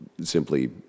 simply